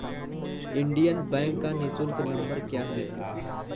Indian Bank का निःशुल्क number क्या है?